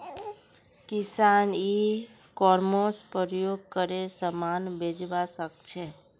किसान e commerce प्रयोग करे समान बेचवा सकछे